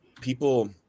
people